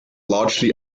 largely